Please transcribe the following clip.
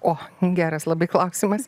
o geras labai klausimas